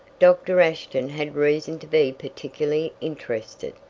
doctor ashton had reason to be particularly interested.